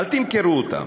אל תמכרו אותם,